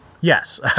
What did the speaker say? Yes